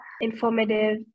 informative